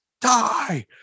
Die